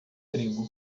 trigo